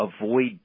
avoid